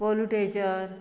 पोल्युटेजर